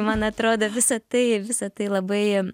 man atrodo visa tai visa tai labai